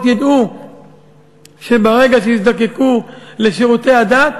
ידעו שברגע שהם יזדקקו לשירותי הדת,